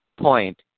point